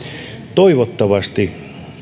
toivottavasti